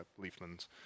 Leafman's